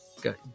Good